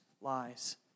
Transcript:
lies